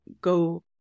go